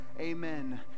Amen